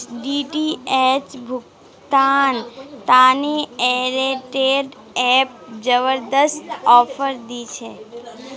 DTH भुगतान तने Airtel app जबरदस्त ऑफर दी छे